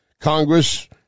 Congress